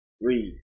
Read